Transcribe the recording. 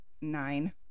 nine